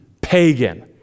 pagan